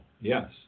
yes